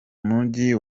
mujyi